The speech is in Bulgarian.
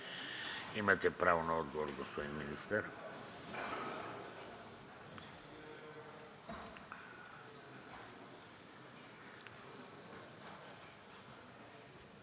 Имате право на отговор, господин Министър.